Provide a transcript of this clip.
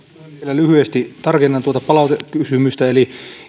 lyhyesti tarkennan tuota palautekysymystä eli